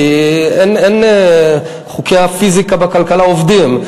כי חוקי הפיזיקה בכלכלה עובדים.